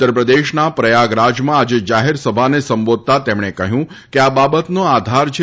ઉતર પ્રદેશના પ્રયાગરાજમાં આજે જાહેરસભાને સંબોધતા તેમણે કહ્યું કે આ બાબતનો આધાર છે